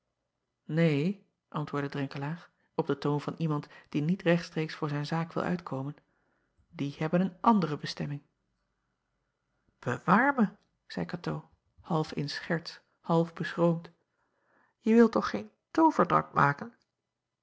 een antwoordde renkelaer op den toon van iemand die niet rechtstreeks voor zijn zaak wil uitkomen die hebben een andere bestemming ewaar me zeî atoo half in scherts half beschroomd je wilt toch geen tooverdrank maken